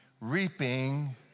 Reaping